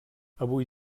avui